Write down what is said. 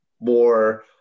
more